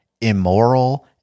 immoral